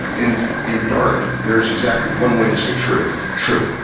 in in dart, there is exactly one way to say true, true.